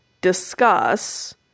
discuss